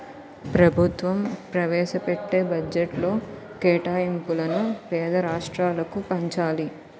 ప్రభుత్వం ప్రవేశపెట్టే బడ్జెట్లో కేటాయింపులను పేద రాష్ట్రాలకు పంచాలి